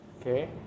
okay